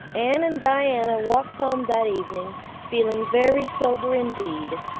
anne and diana walked home that evening feeling very sober indeed.